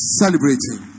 celebrating